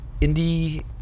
indie